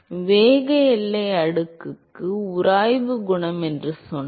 வேக எல்லை அடுக்குக்கு உராய்வு குணகம் என்று சொன்னோம்